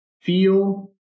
feel